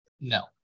no